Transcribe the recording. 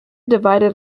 divided